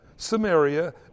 Samaria